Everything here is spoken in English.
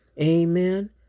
amen